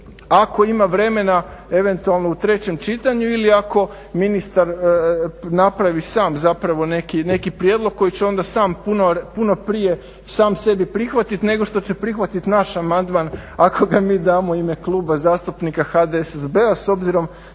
ako ima vremena eventualno u trećem čitanju ili ako ministar napravi sam zapravo neki prijedlog koji će onda sam puno prije sam sebi prihvatit, nego što će prihvatiti naš amandman ako ga mi damo u ime Kluba zastupnika HDSSB-a s obzirom